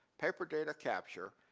paper data capture,